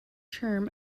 term